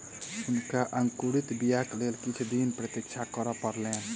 हुनका अंकुरित बीयाक लेल किछ दिन प्रतीक्षा करअ पड़लैन